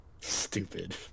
Stupid